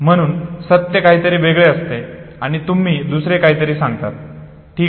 म्हणून सत्य काहीतरी वेगळे असते आणि तुम्ही दुसरे काहीतरी सांगतात ठीक आहे